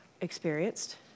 experienced